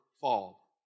fall